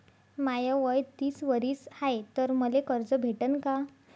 माय वय तीस वरीस हाय तर मले कर्ज भेटन का?